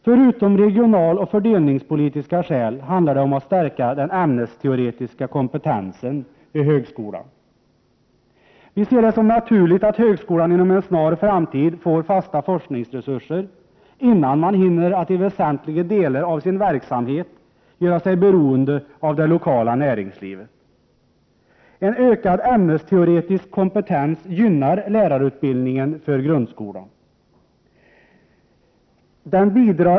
Förutom att vi beaktar regionaloch fördelningspolitiska skäl handlar det om att vi vill stärka den ämnesteoretiska kompetensen vid högskolan. Vi ser det som naturligt att högskolan inom en snar framtid får fasta forskningsresurser, innan man hinner att i väsentliga delar av sin verksamhet göra sig beroende av det lokala näringslivet. En ökad ämnesteoretisk kompetens gynnar lärarutbildningen för grundskolan.